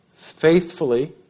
faithfully